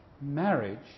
marriage